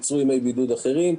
יצרו ימי בידוד אחרים,